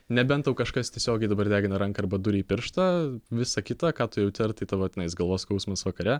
nebent tau kažkas tiesiogiai dabar degina ranką arba duria į pirštą visa kita ką tu jauti ar tai tavo na jis galvos skausmas vakare